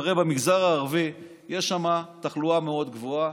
הרי במגזר הערבי יש תחלואה מאוד גבוהה.